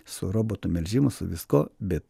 su robotu melžimu su viskuo bet